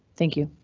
thank you.